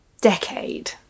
decade